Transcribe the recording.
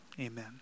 Amen